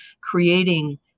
creating